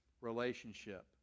relationship